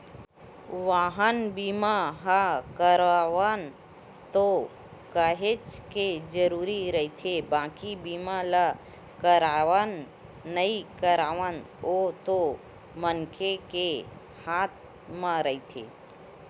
बाहन बीमा ह करवाना तो काहेच के जरुरी रहिथे बाकी बीमा ल करवाना नइ करवाना ओ तो मनखे के हात म रहिथे